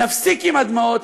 נפסיק עם הדמעות,